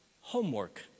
homework